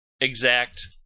exact